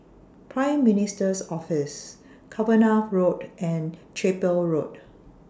Prime Minister's Office Cavenagh Road and Chapel Road